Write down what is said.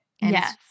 Yes